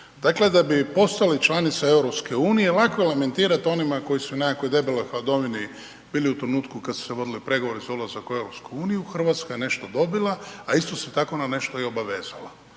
Dakle da bi postali članica EU lako je lamentirat onima koji su u nekakvoj debeloj hladovini bili u trenutku kada su se vodili pregovori za ulazak u EU, Hrvatska je nešto dobila, a isto se tako na nešto i obavezala.